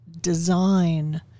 design